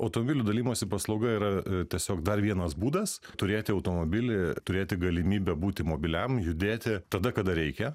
automobilių dalijimosi paslauga yra tiesiog dar vienas būdas turėti automobilį turėti galimybę būti mobiliam judėti tada kada reikia